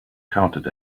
counted